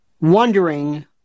wondering